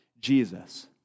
Jesus